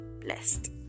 blessed